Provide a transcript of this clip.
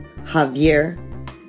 Javier